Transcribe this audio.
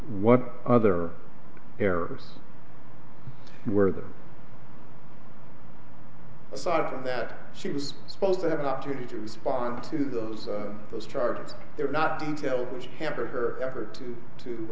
what other errors where there aside from that she was supposed to have an opportunity to respond to those those charges they're not detail which hampered her effort to